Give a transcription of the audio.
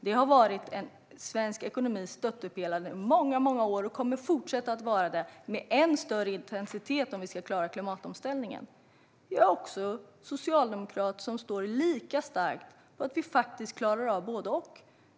Det har varit svensk ekonomis stöttepelare under många år och kommer att fortsätta vara det, med än större intensitet om vi ska klara klimatomställningen. Jag är också en socialdemokrat som står lika starkt för att vi klarar av att göra både och.